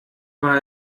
war